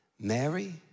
Mary